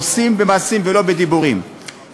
עושים במעשים ולא בדיבורים.